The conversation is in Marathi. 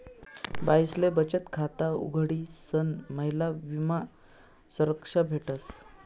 बाईसले बचत खाता उघडीसन महिला विमा संरक्षा भेटस